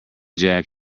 jack